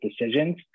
decisions